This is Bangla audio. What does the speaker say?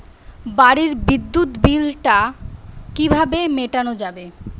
বাড়ির বিদ্যুৎ বিল টা কিভাবে মেটানো যাবে?